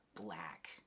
black